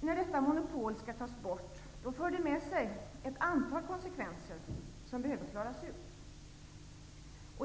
När detta monopol skall tas bort för det med sig ett antal konsekvenser som behöver klaras ut.